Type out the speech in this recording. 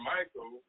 Michael